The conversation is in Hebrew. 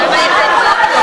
העוברים האלה היו נרצחים.